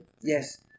Yes